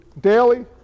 daily